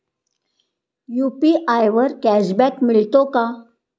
UPI वर cashback मिळतो का?